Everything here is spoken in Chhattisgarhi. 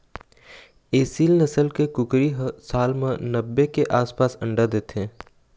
एसील नसल के कुकरी ह साल म नब्बे के आसपास अंडा देथे